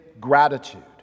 gratitude